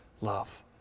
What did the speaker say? love